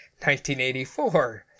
1984